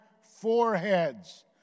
foreheads